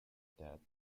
death